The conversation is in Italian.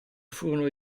furono